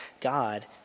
God